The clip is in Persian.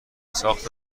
ساخت